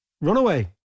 Runaway